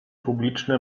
publiczne